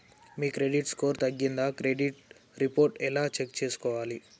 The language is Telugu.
మీ క్రెడిట్ స్కోర్ తగ్గిందా క్రెడిట్ రిపోర్ట్ ఎలా చెక్ చేసుకోవాలి?